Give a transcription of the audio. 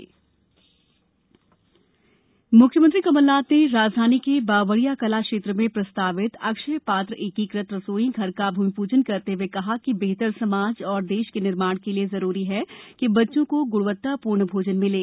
CM Akshaya Patra मुख्यमंत्री कमलनाथ ने राजधानी के बावड़िया कला क्षेत्र में प्रस्तावित अक्षय पात्र एकीकृत रसोई घर का भूमिपूजन करते हुये कहा कि बेहतर समाज और देश के निर्माण के लिए जरूरी है बच्चों को गुणवत्तापूर्ण भोजन मिले